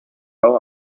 hau